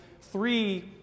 three